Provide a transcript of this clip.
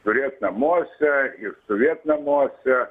turėt namuose ir stovėt namuose